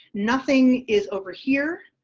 nothing is over here.